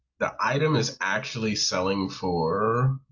the item is actually selling for